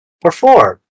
Perform